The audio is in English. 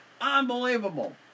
unbelievable